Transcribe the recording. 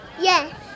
Yes